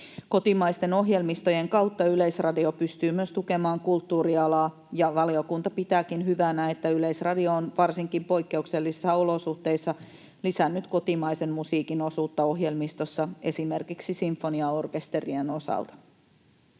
Kotimaisten ohjelmistojen kautta Yleisradio pystyy myös tukemaan kulttuurialaa, ja valiokunta pitääkin hyvänä, että Yleisradio on varsinkin poikkeuksellisissa olosuhteissa lisännyt kotimaisen musiikin osuutta ohjelmistossa, esimerkiksi sinfoniaorkesterien osalta.